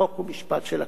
חוק ומשפט של הכנסת,